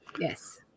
Yes